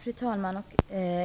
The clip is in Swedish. Fru talman!